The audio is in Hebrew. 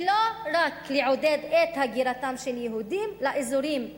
ולא רק לעודד את הגירתם של יהודים לאזורים אלו?